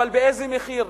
אבל באיזה מחיר,